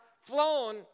flown